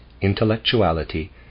intellectuality